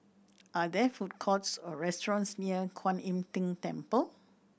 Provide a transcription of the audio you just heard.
are there food courts or restaurants near Kuan Im Tng Temple